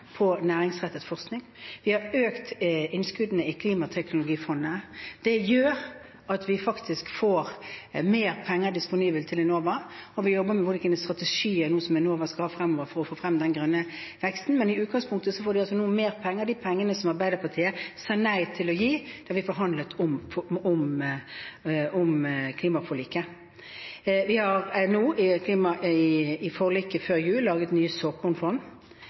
næringsrettet forskning. Vi har økt innskuddene i Klimateknologifondet. Det gjør at vi faktisk får mer penger disponibelt til Enova, og vi jobber med hvilke strategier Enova skal ha fremover for å få frem den grønne veksten. I utgangspunktet får de noe mer penger – de pengene som Arbeiderpartiet sa nei til å gi da vi forhandlet om klimaforliket. Vi laget i forliket før jul nye såkornfond. Vi har